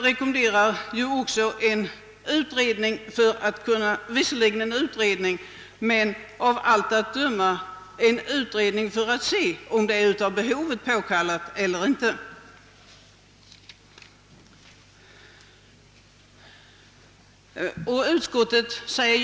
Reservanterna rekommenderar visserligen en utredning, men av allt att döma endast för att undersöka huruvida det föreligger behov av auktorisation.